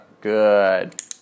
Good